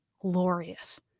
glorious